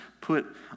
put